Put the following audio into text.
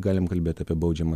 galim kalbėti apie baudžiamą